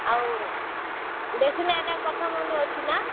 ଆଉ ଡ୍ରେସିଂ ଆଇନା କଥା ମନେ ଅଛି ନା